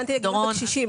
התכוונתי לגידול בקשישים,